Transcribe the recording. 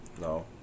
no